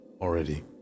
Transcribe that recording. already